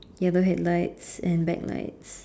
ya the headlights and backlights